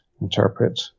interpret